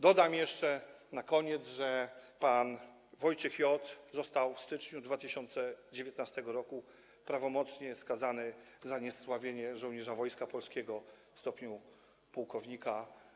Dodam jeszcze na koniec, że pan Wojciech J. został w styczniu 2019 r. prawomocnie skazany za zniesławienie żołnierza Wojska Polskiego w stopniu pułkownika.